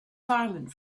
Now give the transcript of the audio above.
silent